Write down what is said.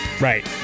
Right